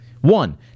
One